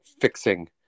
fixing